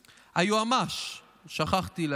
היועמ"ש, שכחתי להגיד,